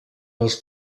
als